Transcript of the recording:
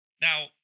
Now